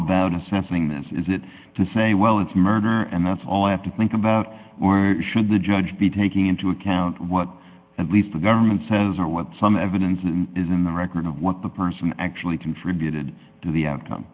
assessing this is it to say well it's murder and that's all i have to think about or should the judge be taking into account what at least the government says or what some evidence that is in the record of what the person actually contributed to the outcome